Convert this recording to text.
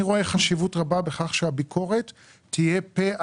אני רואה חשיבות רבה בכך שהביקורת תהיה פֶּה,